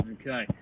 Okay